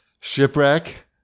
Shipwreck